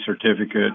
certificate